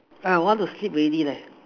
I want to sleep already leh